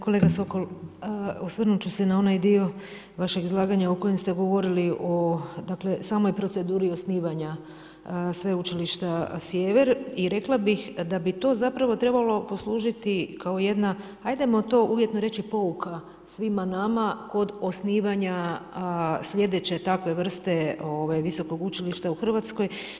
Kolega Sokol, osvrnut ću se na onaj dio vašeg izlaganja u kojem ste govorili o samoj proceduri osnivanja Sveučilišta Sjever i rekla bih da bi to zapravo trebalo poslužiti kao jedna, ajdemo to uvjetno reći pouka svima nama kod osnivanja sljedeće takve vrste visokog učilišta u Hrvatskoj.